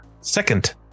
Second